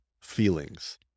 feelings